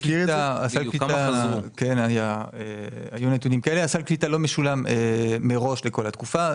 סל הקליטה לא משולם מראש לכל התקופה,